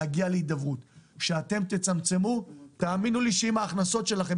להגיע להידברות ושאתם תצמצמו תאמינו לי שאם ההכנסות שלכם,